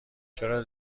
چرا